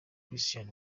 christian